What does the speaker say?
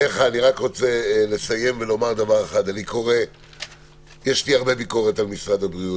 יש לי הרבה ביקורת על משרד הבריאות,